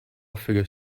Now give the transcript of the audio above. figure